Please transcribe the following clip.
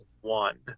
one